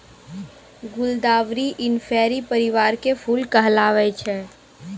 गुलदावरी इंफेरी परिवार के फूल कहलावै छै